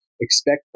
expect